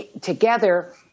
together